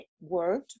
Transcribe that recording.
word